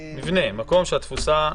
האם זה עובד או לא עובד?